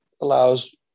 allows